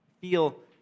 feel